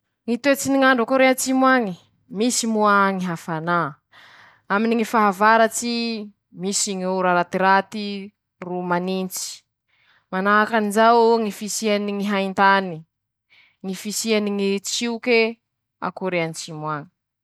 Ñy toetsy ny ñ'andro a Kôré antsimo añe: Misy moa ñy hafanà, aminy ñy fahavaratsy misy ñy ora ratiraty ro manintsy, manahakan'izao ñy fisiany ñy haintany, ñy fisiany ñy tsioke a Kôré antsimo añy.